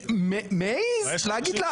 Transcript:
להסביר,